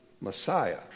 Messiah